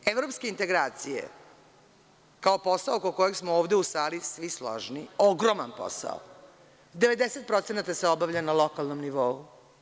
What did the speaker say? Evropske integracije, kao posao oko kojeg smo ovde u sali svi složni, ogroman posao, 90% se obavlja na lokalnom nivou.